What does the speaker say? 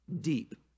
deep